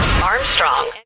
Armstrong